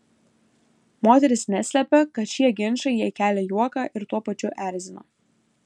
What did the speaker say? moteris neslepia kad šie ginčai jai kelia juoką ir tuo pačiu erzina